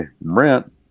Brent